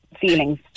feelings